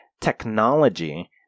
technology